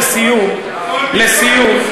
לסיום,